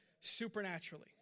supernaturally